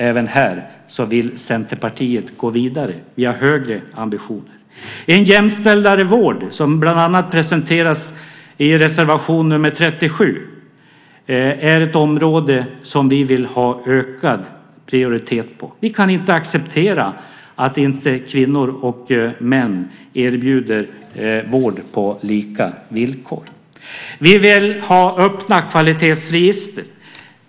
Även här vill Centerpartiet gå vidare. Vi har högre ambitioner. En mer jämställd vård, som bland annat presenteras i reservation 37, är ett område som vi vill ha ökad prioritet på. Vi kan inte acceptera att kvinnor och män inte erbjuds vård på lika villkor. Vi vill ha öppna kvalitetsregister.